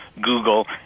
google